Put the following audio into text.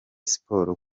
siporo